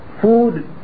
food